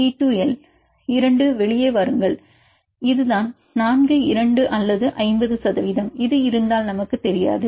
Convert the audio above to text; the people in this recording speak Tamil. இ டு எல் மாணவர் 2 வெளியே வாருங்கள் 2 வெளியே வாருங்கள் இதுதான் 4 2 அல்லது 50 சதவீதம் இது இருந்தால் நமக்கு தெரியாது